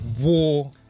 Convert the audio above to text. war